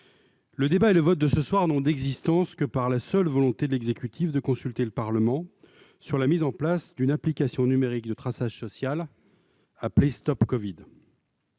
le débat et le vote de ce soir n'ont d'existence que par la volonté de l'exécutif de consulter le Parlement sur la mise en place d'une application numérique de traçage social appelée « StopCovid